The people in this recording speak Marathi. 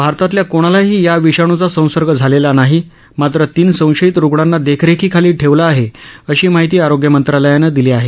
भारतातल्या कोणालाही या विषाणूचा संसर्ग झालेला नाही मात्र तीन संशयित रुग्णांना देखरेखीखाली ठेवलं आहे अशी माहिती आरोग्य मंत्रालयानं दिली आहे